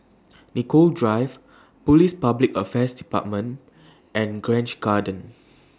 Nicoll Drive Police Public Affairs department and Grange Garden